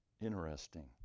interesting